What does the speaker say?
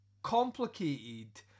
complicated